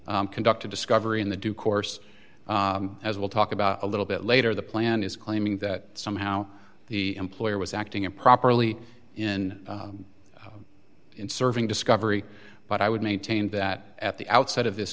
panel conduct of discovery in the due course as we'll talk about a little bit later the plan is claiming that somehow the employer was acting improperly in serving discovery but i would maintain that at the outset of this